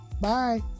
Bye